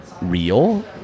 real